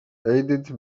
aided